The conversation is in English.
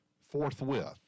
forthwith